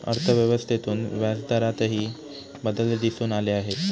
अर्थव्यवस्थेतून व्याजदरातही बदल दिसून आले आहेत